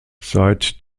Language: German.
seit